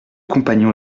compagnon